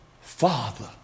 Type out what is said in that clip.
father